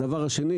דבר שני,